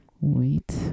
Wait